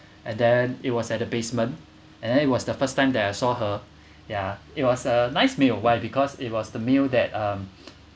and then it was at the basement and then it was the first time that I saw her ya it was a nice meal why because it was the meal that um